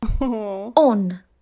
on